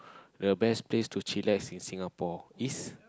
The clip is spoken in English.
the best to chillax in Singapore is